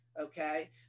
okay